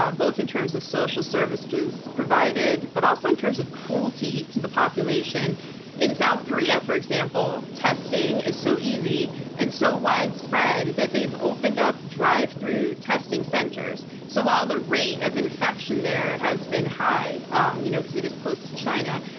ah both in terms of social services provided but also in terms of cruelty to the population in south korea, for example, testing is so easy and so widespread that they've opened up drive through testing centers. so while the rate of infection there has been high and you know because it is close to china,